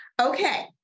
okay